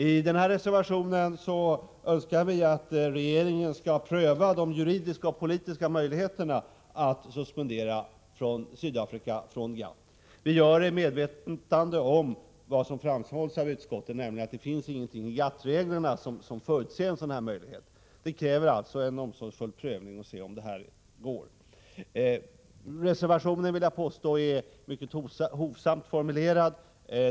I reservationen Önskar vi att regeringen skall pröva de juridiska och politiska möjligheterna att suspendera Sydafrika från GATT. Vi gör detta i medvetande om vad som framhålls av utskottet, nämligen att det inte finns någonting i GATT reglerna som förutser en sådan möjlighet. Det krävs alltså en omsorgsfull prövning för att se om det här går. Jag vill påstå att reservationen är mycket hovsamt formulerad.